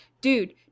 dude